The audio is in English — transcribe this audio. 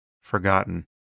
forgotten